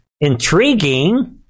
intriguing